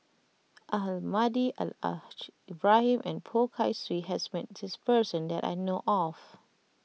Almahdi Al Al Haj Ibrahim and Poh Kay Swee has met this person that I know of